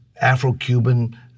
Afro-Cuban